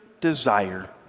desire